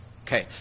Okay